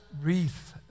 wreath